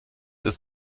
ist